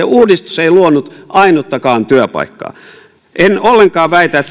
uudistus ei luonut ainuttakaan työpaikkaa eikö niin en ollenkaan väitä